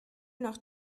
noch